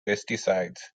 pesticides